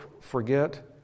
forget